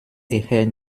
eher